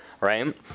right